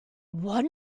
what